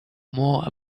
more